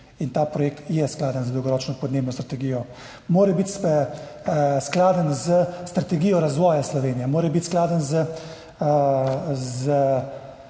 in ta projekt je skladen z dolgoročno podnebno strategijo. Mora biti skladen s strategijo razvoja Slovenije, mora biti skladen s